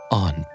on